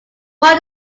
why